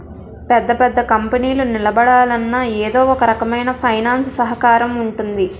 పెద్ద పెద్ద కంపెనీలు నిలబడాలన్నా ఎదో ఒకరకమైన ఫైనాన్స్ సహకారం ఉంటుంది